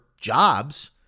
jobs